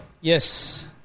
Yes